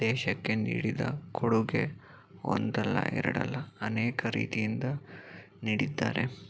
ದೇಶಕ್ಕೆ ನೀಡಿದ ಕೊಡುಗೆ ಒಂದಲ್ಲ ಎರಡಲ್ಲ ಅನೇಕ ರೀತಿಯಿಂದ ನೀಡಿದ್ದಾರೆ